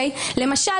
למשל,